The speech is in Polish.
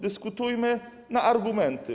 Dyskutujmy na argumenty.